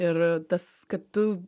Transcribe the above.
ir tas kad tu